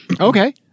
Okay